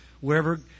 wherever